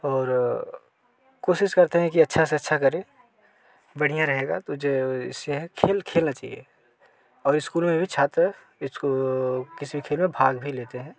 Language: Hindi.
और कोशिश करते हैं कि अच्छा से अच्छा करें बढ़िया रहेगा तो जैसे खेल खेलना चाहिए और स्कूल में भी छात्र इसको किसी भी खेल में भाग भी लेते हैं